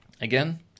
Again